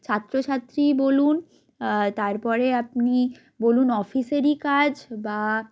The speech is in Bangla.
ছাত্র ছাত্রীই বলুন তারপরে আপনি বলুন অফিসেরই কাজ বা